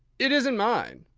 it isn't mine,